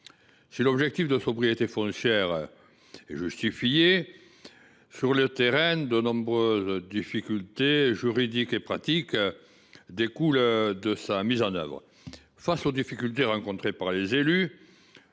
Si l’objectif de sobriété foncière est justifié, sur le terrain, de nombreuses difficultés juridiques et pratiques découlent de sa mise en œuvre. Face aux difficultés rencontrées par les élus,